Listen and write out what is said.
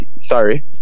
sorry